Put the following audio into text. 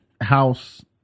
house